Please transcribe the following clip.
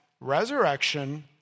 resurrection